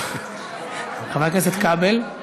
חבר הכנסת כבל?